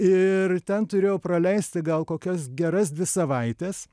ir ten turėjau praleisti gal kokias geras dvi savaites